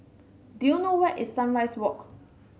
do you know where is Sunrise Walk